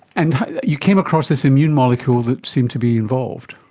and you came across this immune molecule that seemed to be involved.